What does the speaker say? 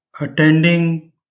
attending